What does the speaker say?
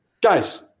Guys